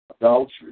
adultery